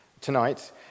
Tonight